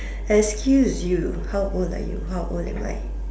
excuse you how old are you how old am I